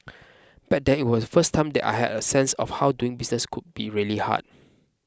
back then was the first time that I had a sense of how doing business could be really hard